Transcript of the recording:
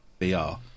VR